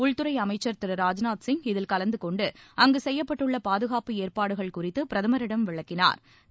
உள்துறை அமைச்சர் திரு ராஜ்நாத் சிங் இதில் கலந்துகொண்டுஅங்கு செய்யப்பட்டுள்ள பள்ளத்தாக்கில் பாதுகாப்பு ஏற்பாடுகள் குறித்து பிரதமரிடம் விளக்கினாா்